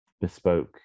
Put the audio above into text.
bespoke